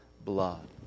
blood